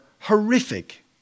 horrific